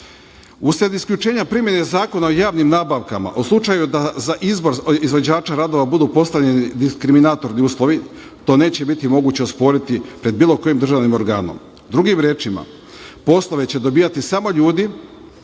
u slučaju da za izbor izvođača radova budu postavljeni diskriminatorni uslovi, to neće biti moguće osporiti pred bilo kojim državnim organom.